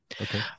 Okay